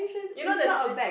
you know there's this